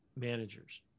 managers